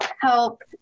help